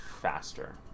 faster